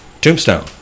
Tombstone